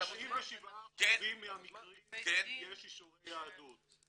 97% מהמקרים יש אישורי יהדות,